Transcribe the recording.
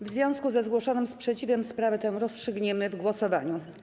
W związku ze zgłoszonym sprzeciwem sprawę tę rozstrzygniemy w głosowaniu.